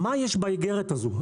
מה יש באיגרת הזו.